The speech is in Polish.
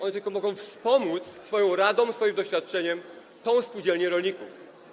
Oni tylko mogą wspomóc swoją radą, swoim doświadczeniem spółdzielnię rolników.